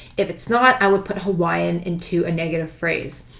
if it's not, i would put hawaiian into negative phrase.